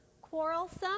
quarrelsome